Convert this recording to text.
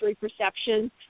perception